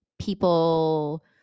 people